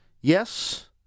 Yes